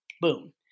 boom